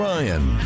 Ryan